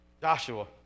joshua